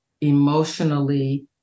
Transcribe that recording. emotionally